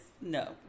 No